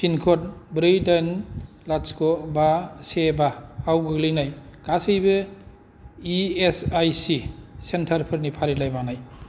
pin code ब्रै दाइन लाथिख' बा से बा आव गोग्लैनाय गासैबो इ एस आइ सि सेन्टारफोरनि फारिलाइ बानाय